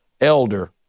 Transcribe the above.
elder